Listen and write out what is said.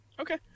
Okay